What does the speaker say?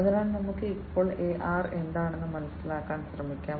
അതിനാൽ നമുക്ക് ഇപ്പോൾ AR എന്താണെന്ന് മനസിലാക്കാൻ ശ്രമിക്കാം